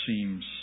seems